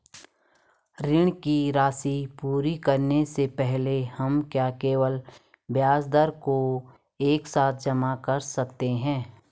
ऋण की राशि पूरी करने से पहले हम क्या केवल ब्याज दर को एक साथ जमा कर सकते हैं?